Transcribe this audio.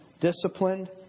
disciplined